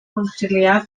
conciliar